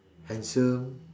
handsome